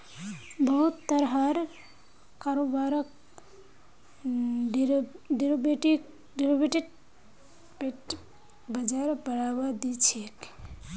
बहुत तरहर कारोबारक डेरिवेटिव बाजार बढ़ावा दी छेक